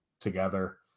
together